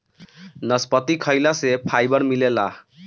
नसपति खाइला से फाइबर मिलेला